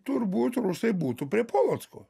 turbūt rusai būtų prie polocko